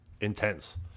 intense